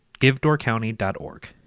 givedoorcounty.org